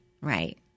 Right